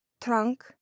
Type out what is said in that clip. trunk